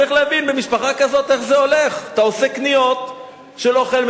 אז צריך להבין במשפחה כזאת איך זה הולך: אתה עושה קניות של אוכל,